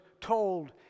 told